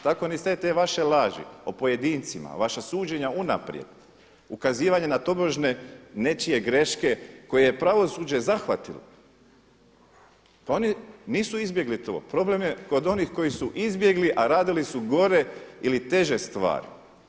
Tako ni sve te vaše laži o pojedincima, vaša suđenja unaprijed, ukazivanja na tobože nečije greške koje je pravosuđe zahvatilo, pa oni nisu izbjegli tu, problem je kod onih koji su izbjegli a radili su gore ili teže stvari.